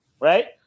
right